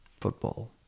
Football